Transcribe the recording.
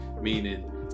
meaning